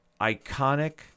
iconic